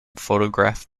photographed